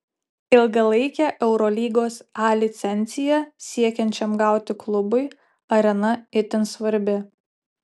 ilgalaikę eurolygos a licenciją siekiančiam gauti klubui arena itin svarbi